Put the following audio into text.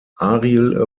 ariel